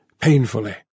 painfully